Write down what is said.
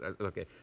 okay